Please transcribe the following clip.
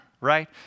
right